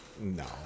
No